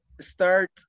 start